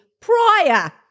prior